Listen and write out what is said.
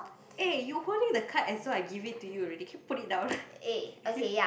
eh you holding the card as though I give it to you already can you put it down